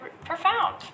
profound